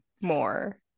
more